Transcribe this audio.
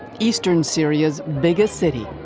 eastern syria's biggest city.